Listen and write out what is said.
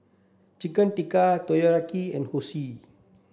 Chicken Tikka Takoyaki and Zosui